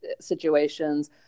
situations